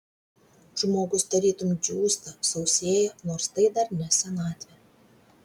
žmogus tarytum džiūsta sausėja nors tai dar ne senatvė